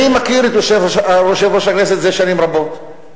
אני מכיר את יושב-ראש הכנסת זה שנים רבות,